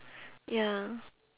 ya